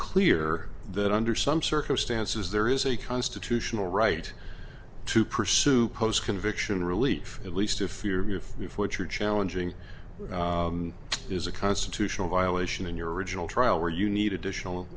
clear that under some circumstances there is a constitutional right to pursue post conviction relief at least if you're free for true challenging is a constitutional violation in your original trial where you need additional